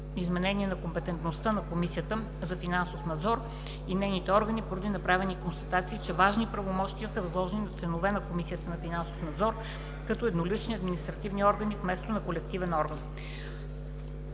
изменение на компетентността на Комисията за финансов надзор и нейните органи поради направена констатация, че важни правомощия са възложени на членовете на Комисията за финансов надзор като еднолични административни органи вместо на колективния орган.